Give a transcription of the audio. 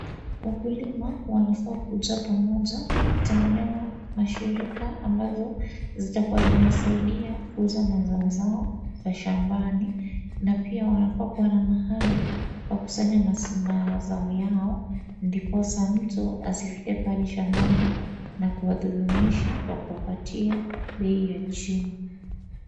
Wakulima wanafaa kujua pamoja kutengeneza mashirika ambazo zitakuwa zinawasaidia kuuza mazao zao za shambani na pia wanafaa kuwa na mahali pa kusanya mazao yao, ndiposa mtu asifike pale shambani na kuwadhulumisha kwa kuwapatia bei ya chini.